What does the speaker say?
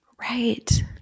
Right